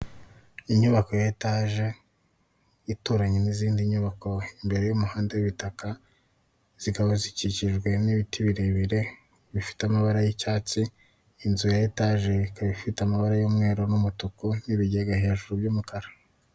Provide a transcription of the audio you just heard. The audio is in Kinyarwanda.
Inyubako ya etage, ituranye n'izindi nyubako imbere y'umuhanda w'ibitaka, zikaba zikikijwe n'ibiti birebire bifite amabara y'icyatsi. Inzu ya etage ikaba ifite amabara y'umweru n'umutuku n'ibigega hejuru by'umukara.